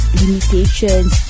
limitations